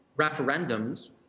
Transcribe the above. referendums